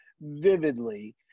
vividly